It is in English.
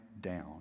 down